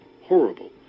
horrible